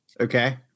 Okay